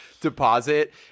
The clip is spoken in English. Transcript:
deposit